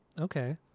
Okay